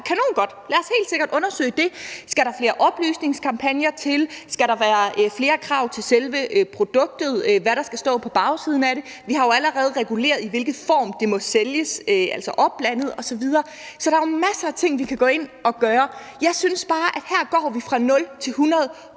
kanongodt. Lad os helt sikkert undersøge det. Skal der flere oplysningskampagner til? Skal der være flere krav til selve produktet, og hvad der skal stå på bagsiden af det? Vi har jo allerede reguleret, i hvilken form det må sælges, altså opblandet osv. Så der er jo masser af ting, vi kan gå ind at gøre. Jeg synes bare, at vi her går fra 0 til 100